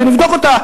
ונבדוק אותה.